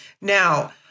Now